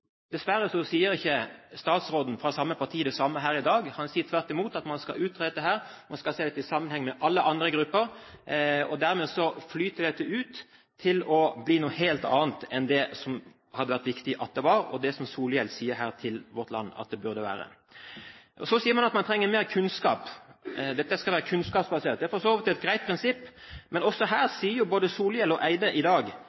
Dessverre sier ikke statsråden fra det samme partiet det samme her i dag. Han sier tvert imot at man skal utrede dette, man skal se det i sammenheng med alle andre grupper. Dermed flyter dette ut til å bli noe helt annet enn det som det hadde vært viktig at det var, og det som Solhjell sier til Vårt Land at det burde være. Så sier man at man trenger mer kunnskap, at det skal være kunnskapsbasert. Det er for så vidt et greit prinsipp, men også her sier både Solhjell og Barth Eide i dag